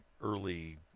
early